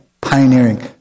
pioneering